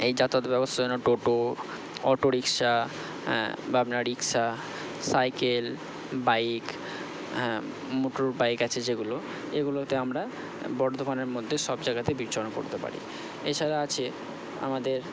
এই যাতায়াত ব্যবস্থার জন্য টোটো অটোরিক্সা হ্যাঁ বা আপনার রিক্সা সাইকেল বাইক হ্যাঁ মোটরবাইক আছে যেগুলো এগুলোতে আমরা বর্ধমানের মধ্যে সব জায়গাতে বিচরণ করতে পারি এছাড়া আছে আমাদের